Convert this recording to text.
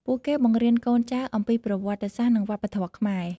ពួកគេបង្រៀនកូនចៅអំពីប្រវត្តិសាស្ត្រ និងវប្បធម៌ខ្មែរ។